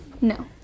No